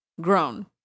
grown